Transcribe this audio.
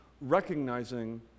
recognizing